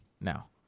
Now